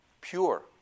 pure